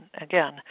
again